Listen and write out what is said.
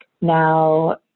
now